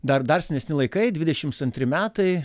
dar dar senesni laikai dvidešims antri metai